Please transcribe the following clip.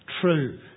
true